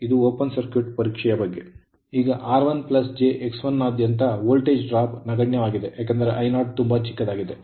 ಇದು open circuit ಪರೀಕ್ಷೆಯ ಬಗ್ಗೆ ಈಗR1 j X1ನಾದ್ಯಂತ ವೋಲ್ಟೇಜ್ dropಕುಸಿತವು ನಗಣ್ಯವಾಗಿದೆ ಏಕೆಂದರೆ I0 ತುಂಬಾ ಚಿಕ್ಕದಾಗಿದೆ